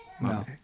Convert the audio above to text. No